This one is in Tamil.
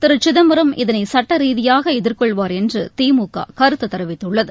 திரு சிதம்பரம் இதனை சட்ட ரீதியாக எதிர்கொள்வார் என்று திமுக கருத்து தெரிவித்துள்ளது